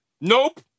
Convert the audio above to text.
Nope